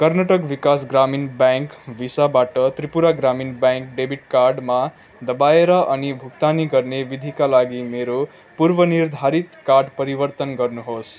कर्नाटक विकास ग्रामीण ब्याङ्क भिसाबाट त्रिपुरा ग्रामीण ब्याङ्क डेबिट कार्डमा दबाएर अनि भुक्तानी गर्ने विधिका लागि मेरो पूर्वनिर्धारित कार्ड परिवर्तन गर्नुहोस्